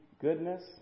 goodness